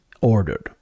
ordered